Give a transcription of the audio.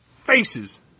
Faces